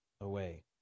Away